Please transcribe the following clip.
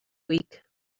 week